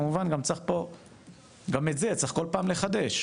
כמובן גם את זה צריך כל פעם לחדש,